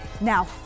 Now